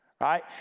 Right